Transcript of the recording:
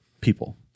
people